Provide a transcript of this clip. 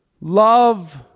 love